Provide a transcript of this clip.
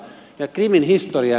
ja krimin historia